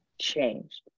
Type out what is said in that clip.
changed